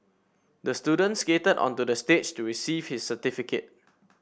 the student skated onto the stage to receive his certificate